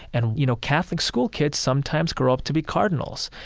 and, you know, catholic-school kids sometimes grow up to be cardinals.